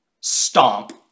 stomp